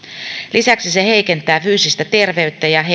lisäksi se heikentää fyysistä terveyttä ja henkistä